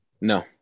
No